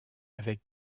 avec